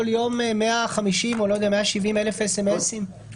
יום 150,000 או 170,000 אס.אמ.אסים?